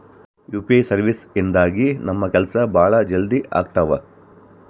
UPI services ಇಂದಾಗಿ ನಮ್ ಕೆಲ್ಸ ಭಾಳ ಜಲ್ದಿ ಅಗ್ತವ